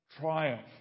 triumph